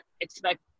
expect